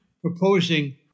proposing